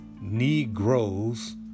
Negroes